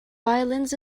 violins